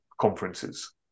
conferences